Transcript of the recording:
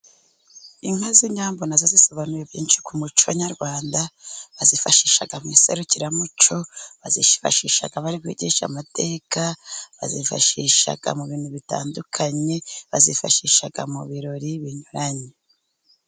Inka z'inyambo na zo zisobanuye byinshi ku muco nyarwanda. Bazifashisha mu iserukiramuco, bazifashisha bari kwigisha amateka, bazifashisha mu bintu bitandukanye. Bazifashisha mu birori binyuranye.